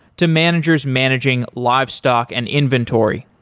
to managers managing livestock and inventory.